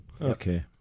Okay